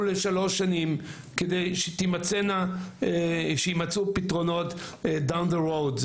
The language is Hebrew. הוא לשלוש שנים כדי שיימצאו פתרונות down the road,